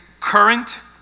current